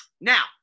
Now